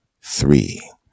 three